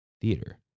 Theater